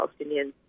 Palestinians